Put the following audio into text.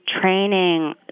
training